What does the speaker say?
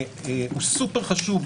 שהוא סופר חשוב,